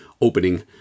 opening